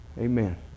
Amen